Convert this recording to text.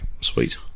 sweet